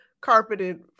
carpeted